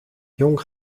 jong